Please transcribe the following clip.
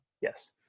Yes